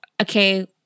okay